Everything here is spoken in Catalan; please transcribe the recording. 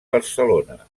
barcelona